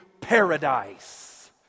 paradise